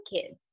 kids